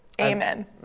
Amen